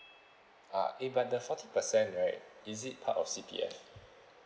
ah eh but the forty percent right is it part of C_P_F